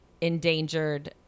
endangered